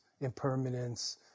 impermanence